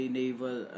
naval